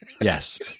Yes